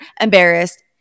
embarrassed